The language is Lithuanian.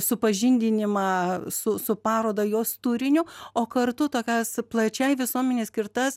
supažindinimą su su paroda jos turiniu o kartu tokias plačiai visuomenei skirtas